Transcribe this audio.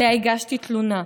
שעליה הגשתי תלונה.